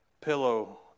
pillow